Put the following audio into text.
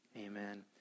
Amen